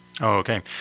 Okay